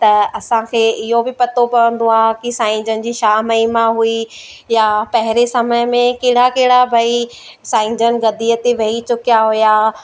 त असांखे इहो बि पतो पवंदो आहे की साईं जन जी छा महिमा हुई या पहिरें समय में कहिड़ा कहिड़ा भई साईं जन गदीअ ते वेही चुकिया हुआ